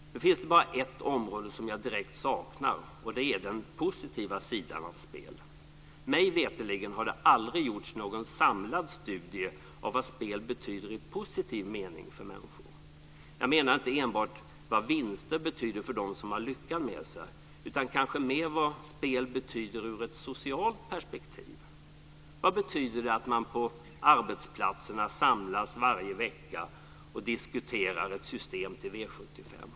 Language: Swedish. Nu finns det bara ett område som jag direkt saknar, och det är den positiva sidan av spel. Mig veterligen har det aldrig gjorts någon samlad studie av vad spel betyder i positiv mening för människor. Jag menar inte enbart vad vinster betyder för dem som har lyckan med sig, utan kanske mer vad spel betyder ur ett socialt perspektiv. Vad betyder det att man på arbetsplatserna samlas varje vecka och diskuterar ett system till V 75?